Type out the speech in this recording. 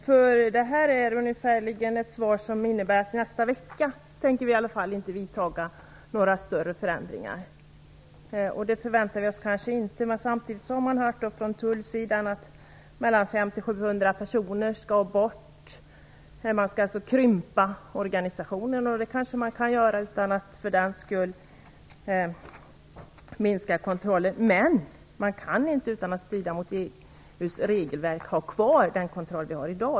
Finansministerns svar innebär ungefärligen: Vi tänker i varje fall inte att vidta några större förändringar nästa vecka. Det förväntar vi oss kanske inte. Samtidigt har man hört från tullen att 500-700 personer skall bort när organisationen skall krympa organisationen. Det kanske man i och för sig kan göra utan att minska kontrollen. Men det går inte att utan att det strider som EU:s regelverk ha kvar den kontroll vi har i dag.